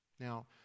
Now